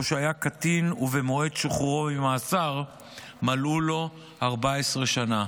או שהיה קטין ובמועד שחרורו ממאסר מלאו לו 14 שנים.